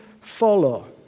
follow